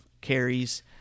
carries